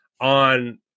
on